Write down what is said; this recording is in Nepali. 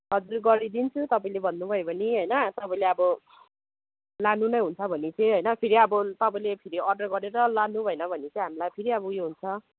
हजुर गरिदिन्छु तपाईँले भन्नुभयो भने होइन तपाईँले अब लानु नै हुन्छ भने चाहिँ होइन फेरि अब तपाईँले फेरि अर्डर गरेर लानुभएन भने चाहिँ हामीलाई फेरि अब उयो हुन्छ